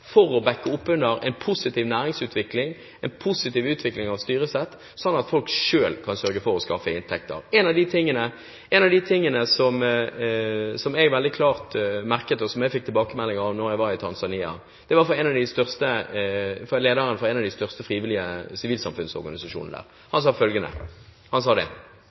for å bakke opp om en positiv næringsutvikling og en positiv utvikling av styresett, sånn at folk selv kan sørge for å skaffe inntekter. Noe av det som jeg veldig klart merket meg, og som jeg fikk klar tilbakemelding om, da jeg var i Tanzania, var det lederen av en av de største frivillige sivilsamfunnsorganisasjonene sa: Hvis dere kan hjelpe myndighetene våre til å reforhandle avtalene med gruveselskapene, vil det bety mye mer enn den bistanden dere gir til oss. Det